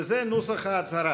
אני אקרא בפניכם את הצהרת